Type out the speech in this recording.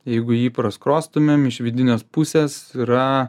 jeigu jį praskrostumėm iš vidinės pusės yra